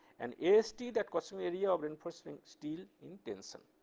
and ast, the the question area of reinforcing steel in tension.